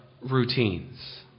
routines